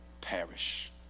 perish